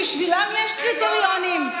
בשבילם יש קריטריונים.